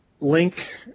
Link